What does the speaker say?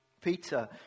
Peter